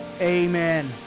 amen